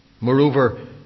Moreover